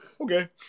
okay